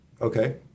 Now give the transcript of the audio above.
Okay